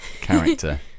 character